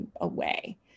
away